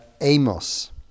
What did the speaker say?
Amos